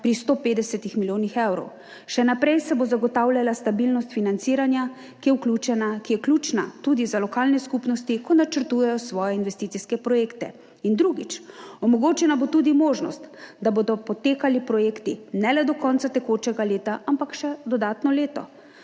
pri 150 milijonih evrov. Še naprej se bo zagotavljala stabilnost financiranja, ki je ključna tudi za lokalne skupnosti, ko načrtujejo svoje investicijske projekte. Drugič. Omogočena bo tudi možnost, da bodo potekali projekti ne le do konca tekočega leta, ampak še dodatno leto.